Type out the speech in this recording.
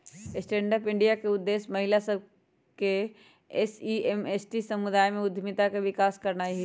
stand up India के उद्देश्य महिला सभ, एस.सी एवं एस.टी समुदाय में उद्यमिता के विकास करनाइ हइ